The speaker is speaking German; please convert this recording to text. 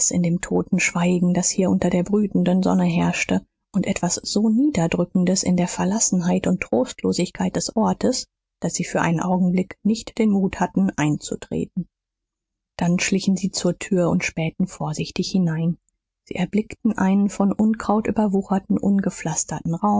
in dem toten schweigen das hier unter der brütenden sonne herrschte und etwas so niederdrückendes in der verlassenheit und trostlosigkeit des ortes daß sie für einen augenblick nicht den mut hatten einzutreten dann schlichen sie zur tür und spähten vorsichtig hinein sie erblickten einen von unkraut überwucherten